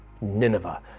Nineveh